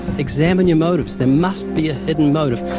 examine your motives. there must be a hidden motive.